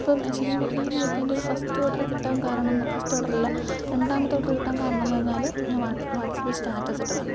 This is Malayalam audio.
ഇപ്പം ശരിക്കും പറഞ്ഞു കഴിഞ്ഞാൽ ഫസ്റ്റ് ഓഡർ കിട്ടാൻ കാരണമെന്നു ഫസ്റ്റ് ഓഡറല്ല രണ്ടാമത്തെ ഓഡർ കിട്ടാൻ കാരണമെന്നു പറഞ്ഞാൽ ഞാൻ വാട്സപ്പിൽ സ്റ്റാറ്റസിട്ടതാണ്